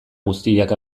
guztiak